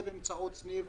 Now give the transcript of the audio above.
זה באמצעות סניף